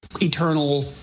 eternal